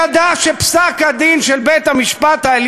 כי שאיפתם הגלויה של אלה שמביאים אותו היא שייפסל על-ידי בית-המשפט,